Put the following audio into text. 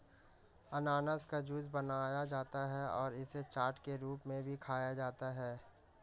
अनन्नास का जूस बनाया जाता है और इसे चाट के रूप में भी खाया जाता है